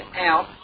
out